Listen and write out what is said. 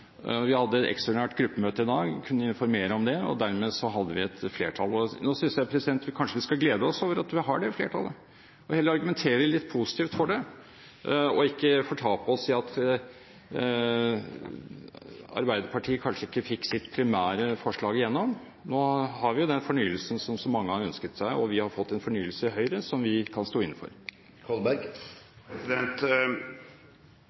Vi hadde et ekstraordinært gruppemøte, jeg kunne informere om det, og dermed hadde vi et flertall. Nå synes jeg vi skal glede oss over at vi har det flertallet og heller argumentere litt positivt for det, ikke fortape oss i at Arbeiderpartiet kanskje ikke fikk sitt primære forslag igjennom. Nå har vi den fornyelsen som så mange har ønsket seg, og vi har fått en fornyelse som vi i Høyre kan stå inne for.